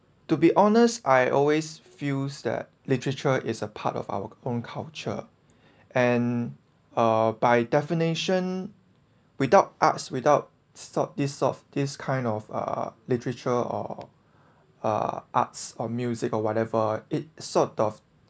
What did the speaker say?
to be honest I always feels that literature is a part of our own culture and uh by definition without arts without sort this sort of this kind of uh literature or uh arts or music or whatever it sort of